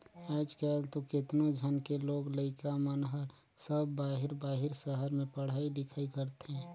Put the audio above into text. आयज कायल तो केतनो झन के लोग लइका मन हर सब बाहिर बाहिर सहर में पढ़ई लिखई करथे